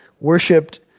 worshipped